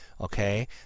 okay